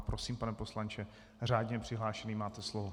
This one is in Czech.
Prosím, pane poslanče, řádně přihlášený, máte slovo.